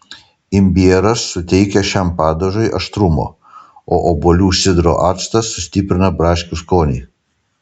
imbieras suteikia šiam padažui aštrumo o obuolių sidro actas sustiprina braškių skonį